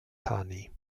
thani